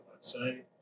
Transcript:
website